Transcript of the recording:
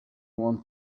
want